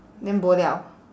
then bo [liao]